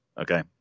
Okay